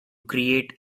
create